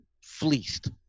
fleeced